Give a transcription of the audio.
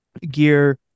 gear